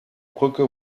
brücke